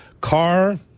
Car